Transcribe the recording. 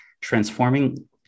Transforming